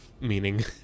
meaning